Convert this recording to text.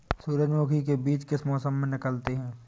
सूरजमुखी में बीज किस मौसम में निकलते हैं?